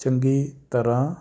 ਚੰਗੀ ਤਰ੍ਹਾਂ